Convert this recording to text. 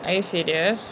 are you serious